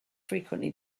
frequently